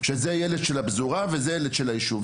שזה ילד של הפזורה וזה ילד של הישוב.